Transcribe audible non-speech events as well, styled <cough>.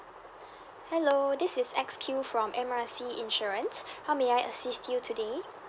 hello this is X Q from M R C insurance <breath> how may I assist you today